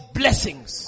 blessings